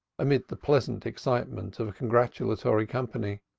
amid the pleasant excitement of a congratulatory company.